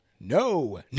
no